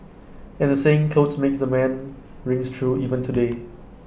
and the saying 'clothes make the man' rings true even today